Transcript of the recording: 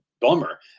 bummer